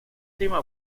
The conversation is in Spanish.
tema